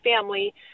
family